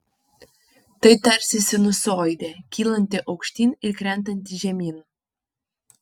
tai tarsi sinusoidė kylanti aukštyn ir krentanti žemyn